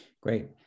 Great